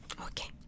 Okay